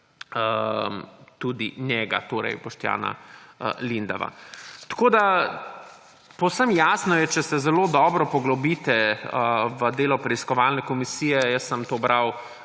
tudi njega, torej Boštjana Lindava. Tako je povsem jasno, če se zelo dobro poglobite v delo preiskovalne komisije, jaz sem to bral